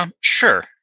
Sure